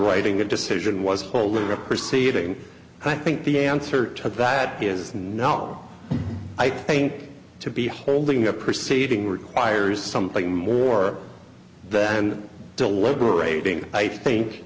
writing a decision was holding a proceeding and i think the answer to that is no i think to be holding a perceiving requires something more than deliberating i think